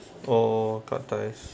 oh cut ties